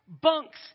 Bunks